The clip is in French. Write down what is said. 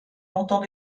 longtemps